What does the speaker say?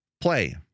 play